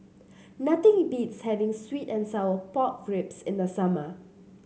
nothing beats having sweet and Sour Pork Ribs in the summer